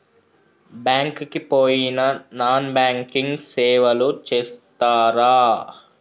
Bank కి పోయిన non banking సేవలు చేస్తరా?